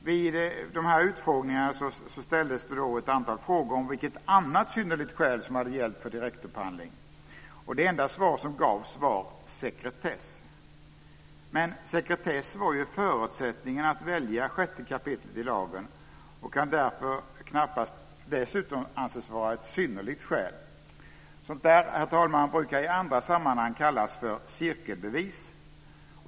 Vid utfrågningarna ställdes ett antal frågor om vilket annat synnerligt skäl som hade gällt för direktupphandling. Det enda svar som gavs var sekretess. Men sekretess var ju förutsättningen för att välja 6 kap. i lagen och kan därför knappast dessutom anses vara ett synnerligt skäl. Sådant där brukar, herr talman, i andra sammanhang kallas cirkelbevis.